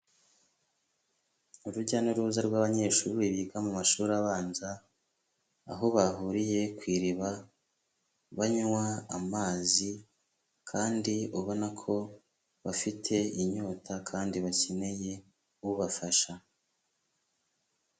Urujya n'uruza rw'abanyeshuri biga mu mashuri abanza, aho bahuriye ku iriba, banywa amazi kandi ubona ko bafite inyota kandi bakeneye ubafasha.